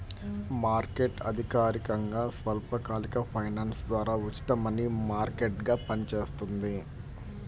market అధికారికంగా స్వల్పకాలిక finance ద్వారా ఉచిత మనీ మార్కెట్గా పనిచేస్తుంది